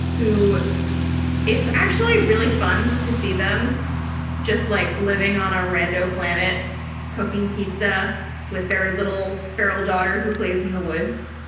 who it's actually really fun to see them just like living on a rando planet cooking pizza with their little feral daughter who plays in the woods.